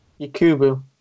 Yakubu